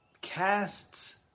casts